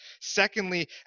Secondly